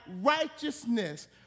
righteousness